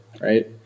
right